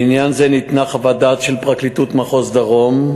לעניין זה ניתנה חוות דעת של פרקליטות מחוז הדרום,